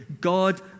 God